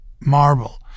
marble